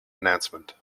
announcement